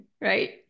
right